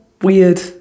weird